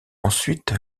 ensuite